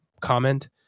comment